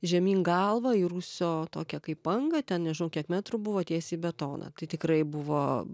žemyn galva į rūsio tokią kaip angą ten nežau kiek metrų buvo tiesiai į betoną tai tikrai buvo